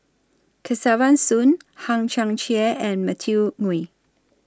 Kesavan Soon Hang Chang Chieh and Matthew Ngui